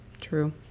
True